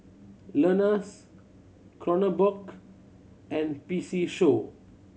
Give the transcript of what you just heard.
Lenas Kronenbourg and P C Show